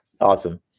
awesome